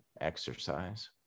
exercise